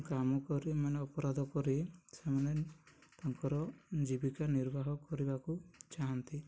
କାମ କରି ମାନେ ଅପରାଧ କରି ସେମାନେ ତାଙ୍କର ଜୀବିକା ନିର୍ବାହ କରିବାକୁ ଚାହାଁନ୍ତି